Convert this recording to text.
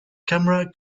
camera